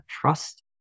trust